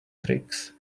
tricks